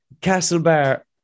Castlebar